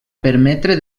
permetre